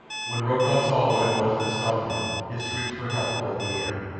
when rokoff saw what it was that stalked him his shrieks for help filled the air,